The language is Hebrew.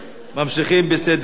ממשיכים בסדר-היום.